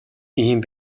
ийм